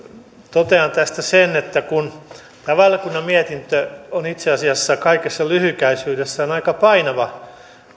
totean tästä sen että tämä valiokunnan mietintö on itse asiassa kaikessa lyhykäisyydessään aika painava